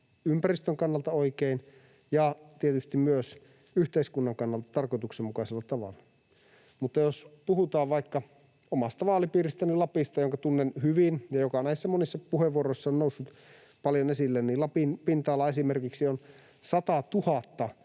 ympäristön kannalta oikein ja tietysti myös yhteiskunnan kannalta tarkoituksenmukaisella tavalla. Mutta jos puhutaan vaikka omasta vaalipiiristäni Lapista, jonka tunnen hyvin ja joka näissä monissa puheenvuoroissa on noussut paljon esille, niin Lapin pinta-ala esimerkiksi on 100 000